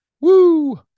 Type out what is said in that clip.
Woo